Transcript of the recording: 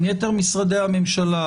עם יתר משרדי הממשלה,